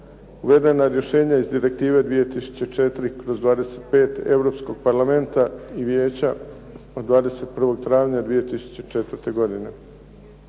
uvedena rješenja iz Direktive 2004/25 Europskog parlamenta i Vijeća od 21. travnja 2004. godine.